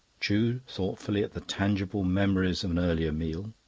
chewed thoughtfully at the tangible memories of an earlier meal,